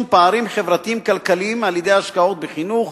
פערים חברתיים-כלכליים על-ידי השקעות בחינוך,